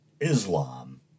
islam